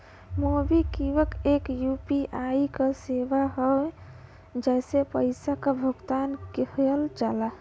MobiKwik एक UPI क सेवा हौ जेसे पइसा क भुगतान किहल जाला